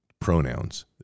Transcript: pronouns